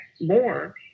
more